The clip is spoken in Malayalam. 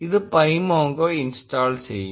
ഇത് pymongo ഇൻസ്റ്റാൾ ചെയ്യും